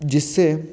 जिससे